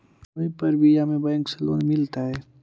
कोई परबिया में बैंक से लोन मिलतय?